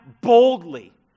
boldly